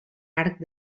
arc